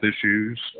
issues